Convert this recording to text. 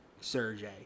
Sergey